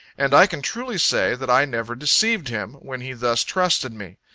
and i can truly say, that i never deceived him, when he thus trusted me.